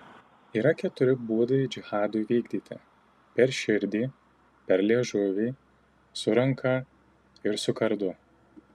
yra keturi būdai džihadui vykdyti per širdį per liežuvį su ranka ir su kardu